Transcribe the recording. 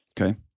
Okay